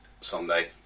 Sunday